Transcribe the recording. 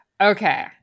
Okay